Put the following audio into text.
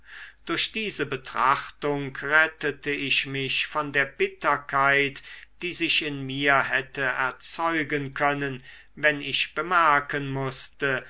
durch diese betrachtung rettete ich mich von der bitterkeit die sich in mir hätte erzeugen können wenn ich bemerken mußte